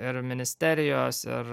ir ministerijos ir